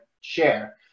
share